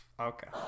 Okay